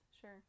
Sure